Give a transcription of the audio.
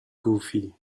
goofy